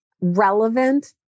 relevant